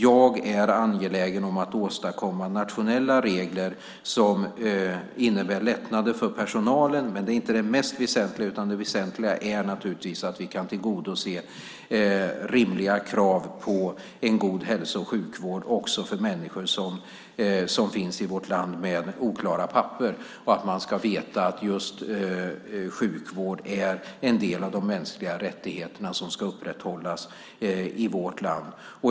Jag är angelägen om att åstadkomma nationella regler som innebär lättnader för personalen. Men det är inte det mest väsentliga. Det väsentliga är naturligtvis att vi kan tillgodose rimliga krav på en god hälso och sjukvård också för människor som finns i vårt land med oklara papper. Man ska veta att just sjukvård är en del av de mänskliga rättigheterna som upprätthålls i vårt land.